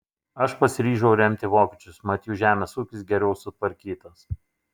aš pasiryžau remti vokiečius mat jų žemės ūkis geriau sutvarkytas